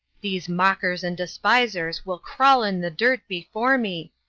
these mockers and despisers will crawl in the dirt before me,